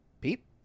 Peep